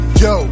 yo